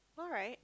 alright